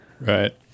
Right